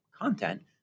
content